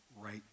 right